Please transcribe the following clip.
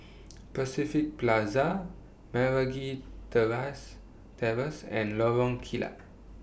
Pacific Plaza Meragi Terrace Terrace and Lorong Kilat